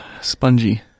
Spongy